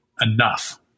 enough